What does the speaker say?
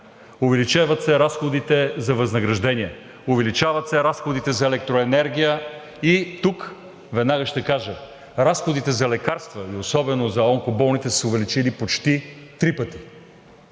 увеличават се разходите за възнаграждения, увеличават се разходите за електроенергия и тук веднага ще кажа – разходите за лекарства и особено за онкоболните са се увеличили почти три пъти.